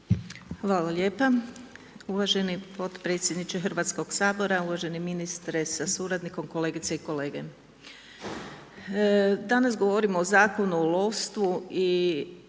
Hvala lijepa. Uvaženi potpredsjedniče Hrvatskoga sabora, uvaženi ministre sa suradnikom, kolegice i kolege. Danas govorimo o Zakonu o lovstvu i